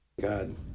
God